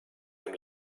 dem